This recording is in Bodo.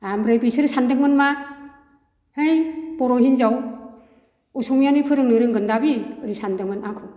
ओमफ्राय बिसोरो सान्दोंमोन मा है बर' हिन्जाव असमियानि फोरोंनो रोंगोनदा बि ओरै सानदोंमोन आंखौ